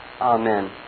Amen